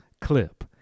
clip